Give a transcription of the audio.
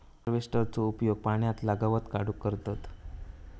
हार्वेस्टरचो उपयोग पाण्यातला गवत काढूक करतत